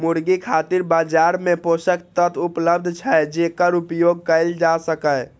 मुर्गी खातिर बाजार मे पोषक तत्व उपलब्ध छै, जेकर उपयोग कैल जा सकैए